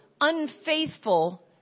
unfaithful